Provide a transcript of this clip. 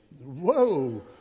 Whoa